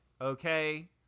okay